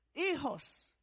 Hijos